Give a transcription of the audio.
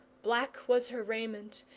black was her raiment,